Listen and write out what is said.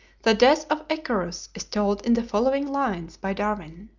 the death of icarus is told in the following lines by darwin.